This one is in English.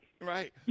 right